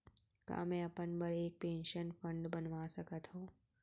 का मैं अपन बर एक पेंशन फण्ड बनवा सकत हो?